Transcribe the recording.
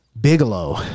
Bigelow